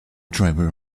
driver